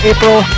April